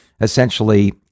essentially